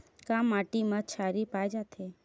का माटी मा क्षारीय पाए जाथे?